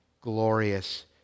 glorious